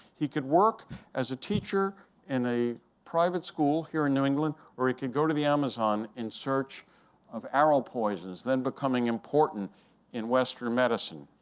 he could work as a teacher in a private school here in new england or he could go to the amazon in search of arrow poisons, then becoming important in western medicine.